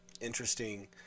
Interesting